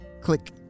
Click